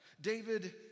David